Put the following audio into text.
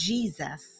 Jesus